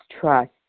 trust